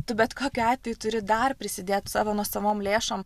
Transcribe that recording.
tu bet kokiu atveju turi dar prisidėt savo nuosavom lėšom